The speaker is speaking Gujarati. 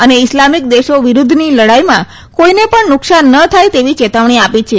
અને ઇસ્લામિક દેશો વિરૂદ્ધની લડાઇમાં કોઇને પણ નુકસાન ન થાય તેવી ચેતવણી આપી છે